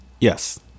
Yes